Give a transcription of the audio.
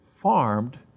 farmed